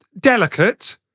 delicate